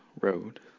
road